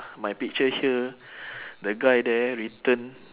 my picture here the guy there written